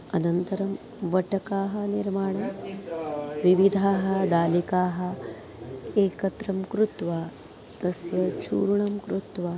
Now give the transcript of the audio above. अनन्तरं वटकाः निर्माणं विविधाः दालिकाः एकत्र कृत्वा तस्य चूर्णं कृत्वा